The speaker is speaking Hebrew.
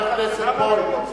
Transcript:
תודה.